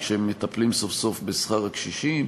וכשמטפלים סוף-סוף בשכר הקשישים,